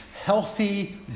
healthy